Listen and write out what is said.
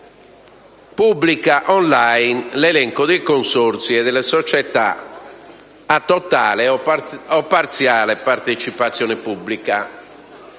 pubblica *online* l'elenco dei consorzi e delle società a totale o parziale partecipazione da